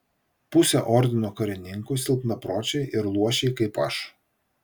pusė ordino karininkų silpnapročiai ir luošiai kaip aš